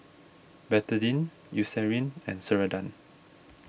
Betadine Eucerin and Ceradan